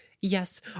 Yes